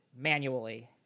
manually